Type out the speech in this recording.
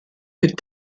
que